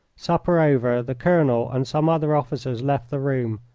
supper over, the colonel and some other officers left the room,